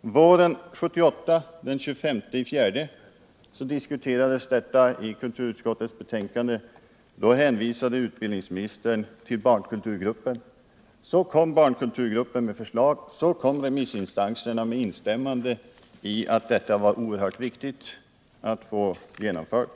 Våren 1978 — den 25 april — diskuterades detta i kammaren med anledning av kulturutskottets betänkande. Då hänvisade utbildningsministern till barnkulturgruppen. Så kom barnkulturgruppen med förslag. Så kom remissinstanserna med instämmande i att detta var oerhört viktigt att få genomfört.